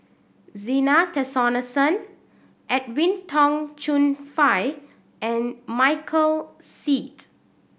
Zena Tessensohn Edwin Tong Chun Fai and Michael Seet